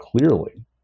clearly